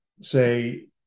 say